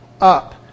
up